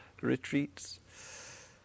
retreats